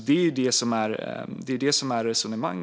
Det är det som är vårt resonemang.